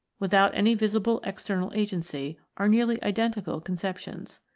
without any visible external agency, are nearly identical conceptions.